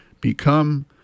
become